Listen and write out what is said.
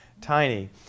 tiny